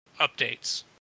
updates